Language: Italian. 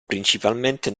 principalmente